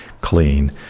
clean